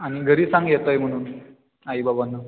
आणि घरी सांग येतो आहे म्हणून आईबाबांना